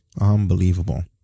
Unbelievable